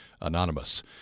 Anonymous